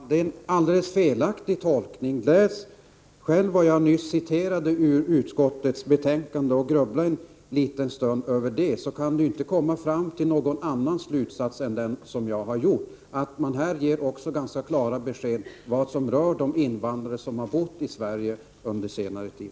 Herr talman! Det är en alldeles felaktig tolkning. Läs vad jag nyss citerade ur utskottets betänkande och grubbla en liten stund över det! Gör man det kan man inte komma fram till någon annan slutsats än jag har gjort. Det ges här ganska klara besked om vad som gäller för de invandrare som bott i Sverige under senare tid.